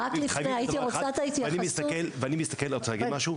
דבי את רוצה להגיד משהו?